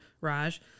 raj